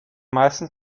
meistens